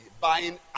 buying